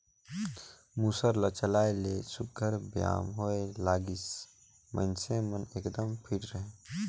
मूसर ल चलाए ले सुग्घर बेयाम होए लागिस, मइनसे मन एकदम फिट रहें